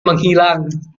menghilang